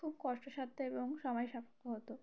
খুব কষ্টসাধ্য এবং সময় সাপেক্ষ হতো